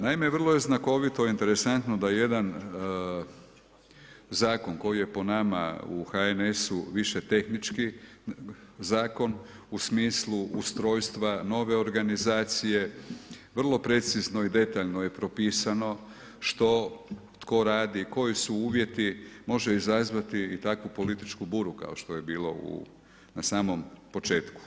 Naime, vrlo je znakovito i interesantno da jedan zakon koji je po nama u HNS-u više tehnički zakon u smislu ustrojstva nove organizacije, vrlo precizno i detaljno je propisano što tko radi i koji su uvjeti, može izazvati i takvu političku budu kao što je bilo na samom početku.